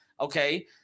okay